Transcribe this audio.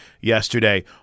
yesterday